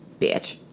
Bitch